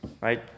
right